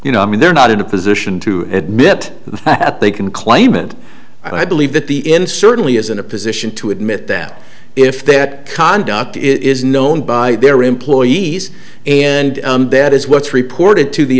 you know i mean they're not in a position to admit that they can claim and i believe that the in certainly is in a position to admit that if that conduct is known by their employees and that is what's reported to the